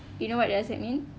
you know what does that mean